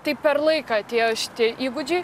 tai per laiką atėjo šitie įgūdžiai